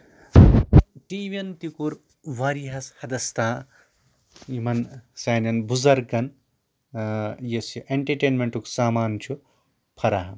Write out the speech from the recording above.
T V یَن تہِ کوٚر واریاہَس حدَس تانۍ یِمَن سانٮ۪ن بُزرگن یُس یہِ ایٚنٹرٹینمیٚنٹُک سمان چھُ فراہَم